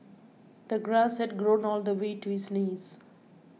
the grass had grown all the way to his knees